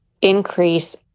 increase